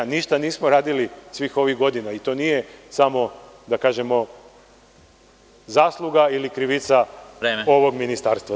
Ništa nismo radili svih ovih godina i to nije samo zasluga ili krivica ovog ministarstva.